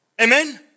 Amen